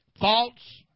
thoughts